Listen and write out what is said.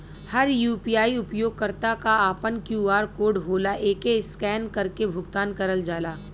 हर UPI उपयोगकर्ता क आपन क्यू.आर कोड होला एके स्कैन करके भुगतान करल जाला